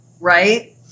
right